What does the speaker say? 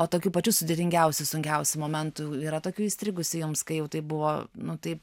o tokių pačių sudėtingiausių sunkiausių momentų yra tokių įstrigusių jums kai jau tai buvo nu taip